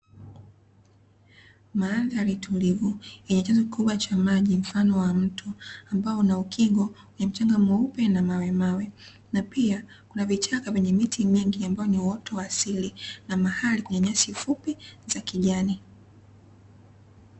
Mandhari tulivu yenye chanzo kikubwa cha maji mfano wa mto, ambao una ukingo wenye mweupe na mawe mawe, na pia kuna vichaka vya miti mingi ambayo ni uoto wa asili na mahali kuna nyasi fupi za kijani.